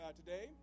today